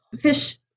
fish